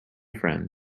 friends